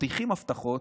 מבטיחים הבטחות,